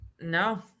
No